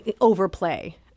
overplay